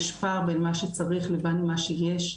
יש פער בין מה שצריך לבין מה שיש,